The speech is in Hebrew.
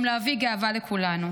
גם להביא גאווה לכולנו.